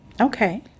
Okay